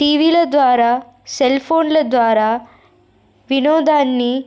టీవీల ద్వారా సెల్ఫోన్ల ద్వారా వినోదాన్ని